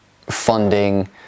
funding